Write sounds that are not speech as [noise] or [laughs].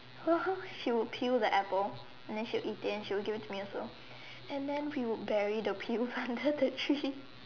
[laughs] she would peel the apple and then she'll eat then she'll give it to me as all and then we'll bury the peels under the tree